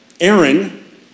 Aaron